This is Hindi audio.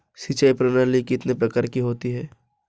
सिंचाई प्रणाली कितने प्रकार की होती है?